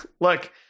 look